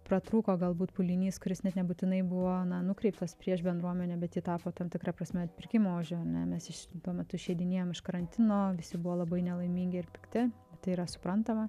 pratrūko galbūt pūlinys kuris net nebūtinai buvo nukreiptas prieš bendruomenę bet ji tapo tam tikra prasme atpirkimo ožiu ane mes iš tuo metu išeidinėjom iš karantino visi buvo labai nelaimingi ir pikti tai yra suprantama